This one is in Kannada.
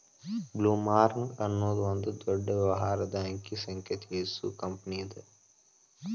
ಬ್ಲೊಮ್ರಾಂಗ್ ಅನ್ನೊದು ಒಂದ ದೊಡ್ಡ ವ್ಯವಹಾರದ ಅಂಕಿ ಸಂಖ್ಯೆ ತಿಳಿಸು ಕಂಪನಿಅದ